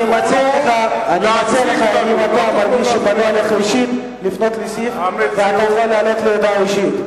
אני מציע לך לפנות, ואתה יכול להעלות הודעה אישית.